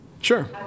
Sure